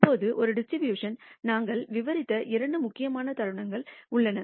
இப்போது ஒரு டிஸ்ட்ரிபியூஷன்நிற்க்க நாங்கள் விவரித்த இரண்டு முக்கியமான தருணங்கள் உள்ளன